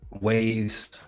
waves